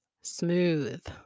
Smooth